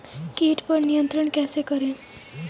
कीट पर नियंत्रण कैसे करें?